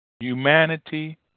Humanity